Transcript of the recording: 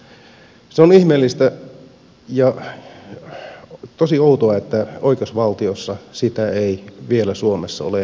on ihmeellistä ja tosi outoa että oikeusvaltiossa suomessa sitä ei vielä ole lailla määrätty